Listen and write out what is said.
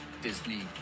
Disney